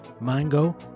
Mango